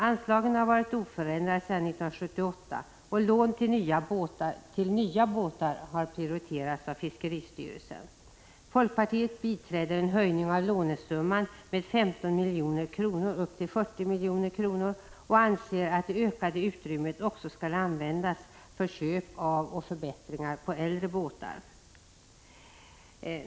Anslagen har varit oförändrade sedan 1978, och lån till nya båtar har prioriterats av fiskeristyrelsen. Folkpartiet biträder en höjning av lånesumman med 15 milj.kr. till 40 milj.kr. och anser att det ökade utrymmet skall användas också för köp av och förbättringar på äldre båtar.